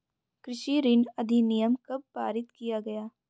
कृषि ऋण अधिनियम कब पारित किया गया?